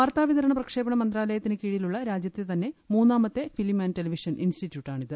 വാർത്താവിതരണ പ്രക്ഷേപണ മന്ത്രാലയത്തിന് കീഴിലുള്ള രാജ്യത്തെ തന്നെ മൂന്നാമത്തെ ഫിലിം ടെലിവിഷൻ ഇൻസ്റ്റിറ്റ്യൂട്ടാണിത്